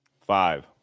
five